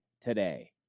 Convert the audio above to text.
today